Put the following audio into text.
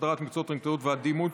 הסדרת מקצוע הרנטגנאות והדימות),